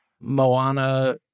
Moana